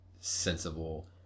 sensible